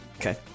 Okay